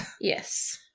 Yes